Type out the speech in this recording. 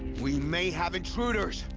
we may have intruders!